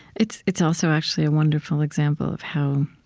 it's it's also, actually, a wonderful example of how,